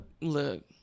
look